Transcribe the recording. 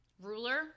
Ruler